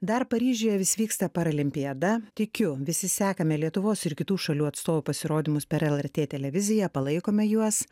dar paryžiuje vis vyksta paralimpiada tikiu visi sekame lietuvos ir kitų šalių atstovų pasirodymus per lrt televiziją palaikome juos